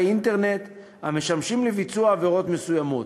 אינטרנט המשמשים לביצוע עבירות מסוימות.